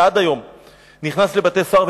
עד היום אני נכנס לבתי-סוהר,